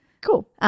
Cool